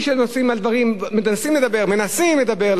מנסים לדבר,